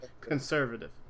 Conservative